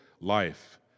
life